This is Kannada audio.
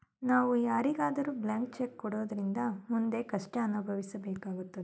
ನಾವು ಯಾರಿಗಾದರೂ ಬ್ಲಾಂಕ್ ಚೆಕ್ ಕೊಡೋದ್ರಿಂದ ಮುಂದೆ ಕಷ್ಟ ಅನುಭವಿಸಬೇಕಾಗುತ್ತದೆ